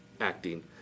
acting